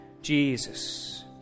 Jesus